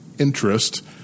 Interest